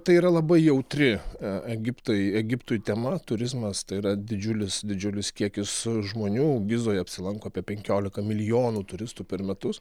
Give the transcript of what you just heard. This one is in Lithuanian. tai yra labai jautri egiptai egiptui tema turizmas tai yra didžiulis didžiulis kiekis žmonių gizoj apsilanko apie penkiolika milijonų turistų per metus